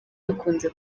hakunze